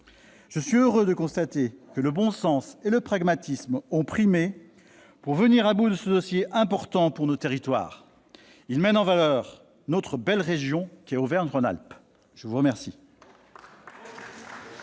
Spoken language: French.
Je suis heureux de constater que le bon sens et le pragmatisme ont primé pour venir à bout de ce dossier important pour nos territoires. Ils mettent en valeur notre belle région Auvergne-Rhône-Alpes. La parole